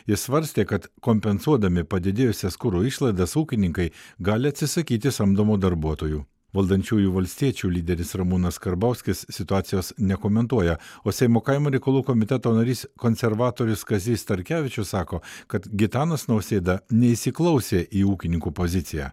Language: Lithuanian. jis svarstė kad kompensuodami padidėjusias kuro išlaidas ūkininkai gali atsisakyti samdomų darbuotojų valdančiųjų valstiečių lyderis ramūnas karbauskis situacijos nekomentuoja o seimo kaimo reikalų komiteto narys konservatorius kazys starkevičius sako kad gitanas nausėda neįsiklausė į ūkininkų poziciją